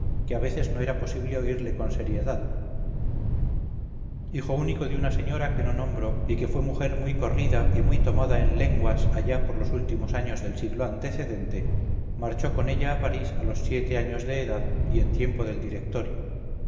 que a veces no era posible oírle con seriedad hijo único de una señora que no nombro y que fue mujer muy corrida y muy tomada en lenguas allá por los últimos años del siglo antecedente marchó con ella a parís a los siete años de edad y en tiempo del directorio